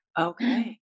okay